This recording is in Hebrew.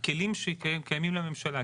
הכלים שקיימים לממשלה,